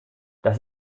das